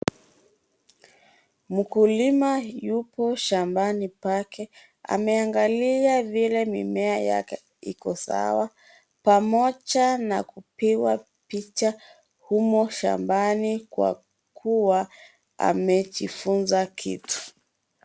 Mkulima yuko shambani pake. Ameangalia vile mimea yake iko sawa pamoja na kupigwa picha humo shambani kwa kuwa amejifunza kitu.